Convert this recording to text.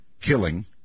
killing